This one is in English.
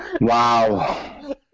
Wow